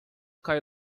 cai